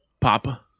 Papa